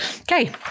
Okay